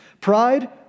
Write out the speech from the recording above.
Pride